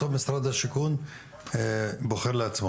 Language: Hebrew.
בסוף משרד השיכון בוחר לעצמו,